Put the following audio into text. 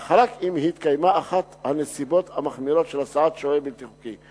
אך רק אם התקיימה אחת הנסיבות המחמירות של הסעת שוהה בלתי חוקי,